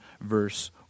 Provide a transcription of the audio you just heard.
verse